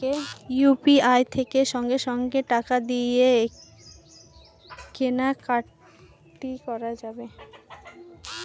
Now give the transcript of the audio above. UPI থেকে সঙ্গে সঙ্গে টাকা দিয়ে কেনা কাটি করা যাবে